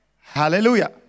Hallelujah